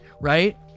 right